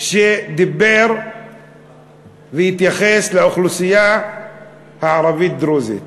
שדיבר והתייחס לאוכלוסייה הערבית-דרוזית,